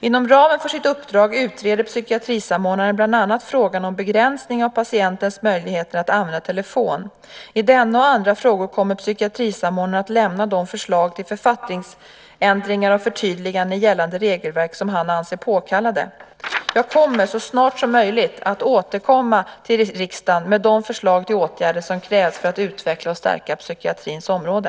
Inom ramen för sitt uppdrag utreder psykiatrisamordnaren bland annat frågan om begränsning av patientens möjlighet att använda telefon. I denna och andra frågor kommer psykiatrisamordnaren att lämna de förslag till författningsändringar och förtydliganden i gällande regelverk som han anser påkallade. Jag kommer, så snart som möjligt, att återkomma till riksdagen med de förslag till åtgärder som krävs för att utveckla och stärka psykiatrins område.